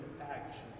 action